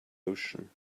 ocean